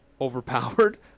overpowered